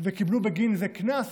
וקיבלו בגין זה קנס